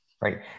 Right